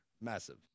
Massive